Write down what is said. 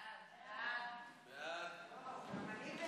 ההצעה להעביר את